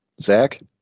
Zach